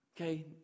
okay